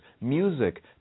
music